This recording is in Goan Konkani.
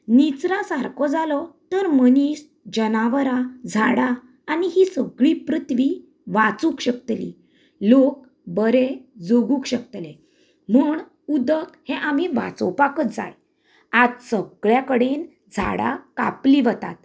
निचरां सारको जालो तर मनीस जनावरां झाडां आनी ही सगळीं पृथ्वी वाचूक शकतली लोक बरें जगूंक शकतले म्हूण उदक हे आमी वाचोवपाकच जाय आज सगळ्या कडेन झाडां कापली वतात